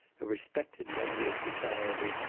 a respected member of society,